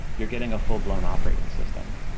you're getting a full-blown operating system.